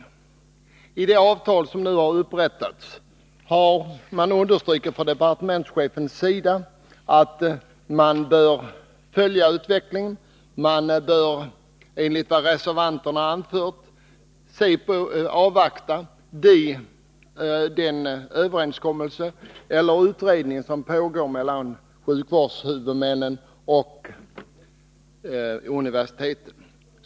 I samband med det avtal som nu har upprättats har departementschefen understrukit att man bör följa utvecklingen. Enligt reservanterna bör man avvakta den utredning som pågår i samarbete mellan sjukvårdshuvudmännen och universiteten.